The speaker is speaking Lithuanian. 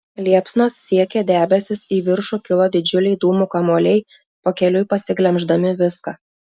liepsnos siekė debesis į viršų kilo didžiuliai dūmų kamuoliai pakeliui pasiglemždami viską